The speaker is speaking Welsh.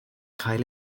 cael